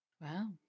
Wow